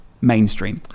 mainstream